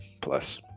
plus